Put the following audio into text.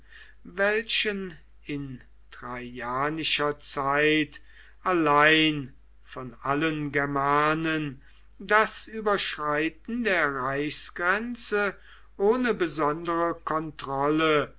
welchen in traianischer zeit allein von allen germanen das überschreiten der reichsgrenze ohne besondere kontrolle